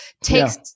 takes